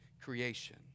creation